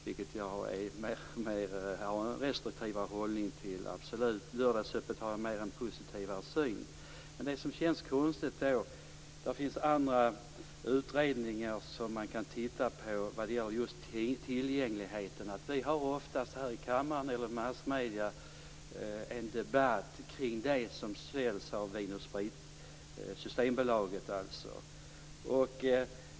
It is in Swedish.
Där har jag absolut snarare en restriktiv än en positiv hållning. Det finns utredningar om just tillgängligheten. Vi har oftast här i kammaren och massmedierna en debatt kring det som säljs av Systembolaget.